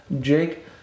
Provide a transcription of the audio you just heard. Jake